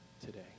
today